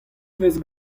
vez